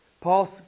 Paul